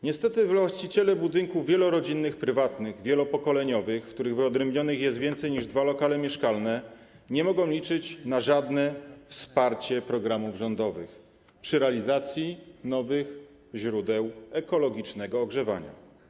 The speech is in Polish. Niestety właściciele budynków wielorodzinnych prywatnych, wielopokoleniowych, w których wyodrębniono więcej niż dwa lokale mieszkalne, nie mogą liczyć na żadne wsparcie programów rządowych przy realizacji nowych źródeł ekologicznego ogrzewania.